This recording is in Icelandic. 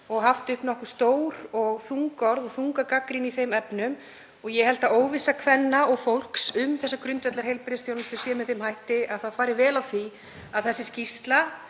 og haft upp nokkuð stór og þung orð og þunga gagnrýni í þeim efnum. Ég held að óvissa kvenna og fólks um þessa grundvallarheilbrigðisþjónustu sé með þeim hætti að það fari vel á því að skýrslan